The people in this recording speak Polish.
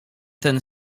ten